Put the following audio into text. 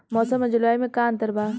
मौसम और जलवायु में का अंतर बा?